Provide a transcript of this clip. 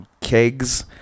kegs